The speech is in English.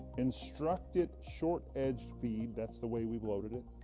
instruct it short edge feed that's the way we've loaded it